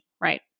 right